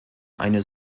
eine